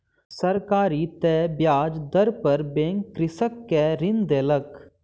सरकारी तय ब्याज दर पर बैंक कृषक के ऋण देलक